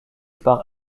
par